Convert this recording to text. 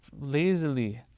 lazily